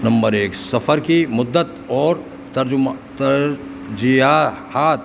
number ایک سفر کی مدت اور ترجمہ ترجیحات